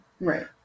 Right